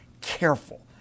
careful